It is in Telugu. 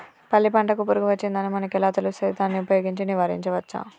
పల్లి పంటకు పురుగు వచ్చిందని మనకు ఎలా తెలుస్తది దాన్ని ఉపయోగించి నివారించవచ్చా?